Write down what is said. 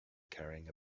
carrying